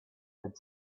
had